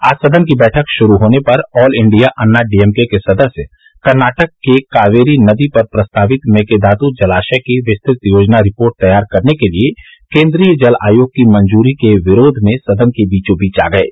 आज सदन की बैठक श्रु होने पर ऑल इंडिया अन्ना डीएमके के सदस्य कर्नाटक को कावेरी नदी पर प्रस्तावित मेकेदातू जलाशय की विस्तृत योजना रिपोर्ट तैयार करने के लिये केंद्रीय जल आयोग की मंजूरी के विरोध में सदन के बीचोबीच आ गये